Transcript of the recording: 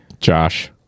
Josh